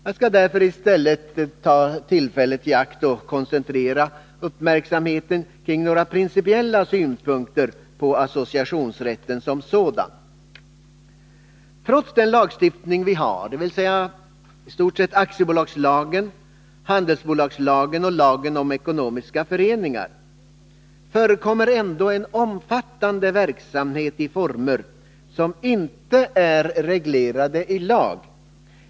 Jag skall därför i stället koncentrera uppmärksamheten på några principiella synpunkter på associationsrätten som sådan. Trots den lagstiftning vi har — aktiebolagslagen, handelsbolagslagen och lagen om ekonomiska föreningar — förekommer en omfattande verksamhet i former som inte är reglerade i lag.